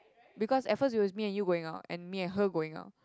because at first it was me and you going out and me and her going out